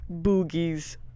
Boogies